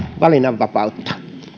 valinnanvapautta